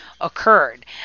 occurred